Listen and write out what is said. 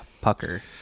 pucker